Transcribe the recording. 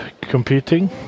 competing